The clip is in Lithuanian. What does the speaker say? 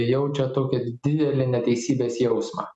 jaučia tokį didelį neteisybės jausmą